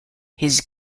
his